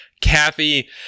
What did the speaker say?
Kathy